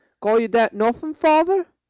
call you that nothing, father?